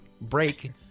break